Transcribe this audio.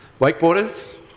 Wakeboarders